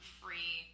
free